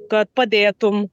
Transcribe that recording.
kad padėtum